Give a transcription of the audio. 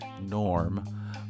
norm